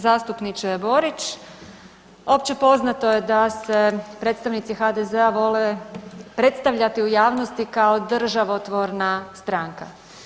Zastupniče Borić, općepoznato je da se predstavnici HDZ-a vole predstavljati u javnosti kao državotvorna stranka.